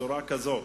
בצורה כזאת.